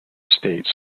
states